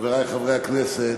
חברי חברי הכנסת,